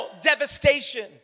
devastation